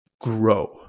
grow